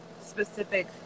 specific